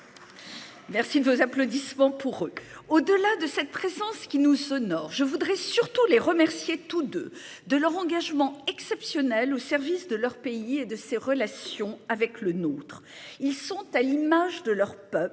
Merci de vos applaudissements pour eux. Au-delà de cette présence qui nous sonore. Je voudrais surtout les remercier tous de leur engagement exceptionnel au service de leur pays et de ses relations avec le nôtre. Ils sont à l'image de leur peuple